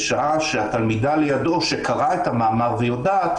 בשעה שהתלמידה לידו שקראה את המאמר ויודעת